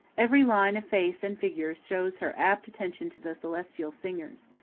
every line of face and figure shows her rapt attention to the celestial singers.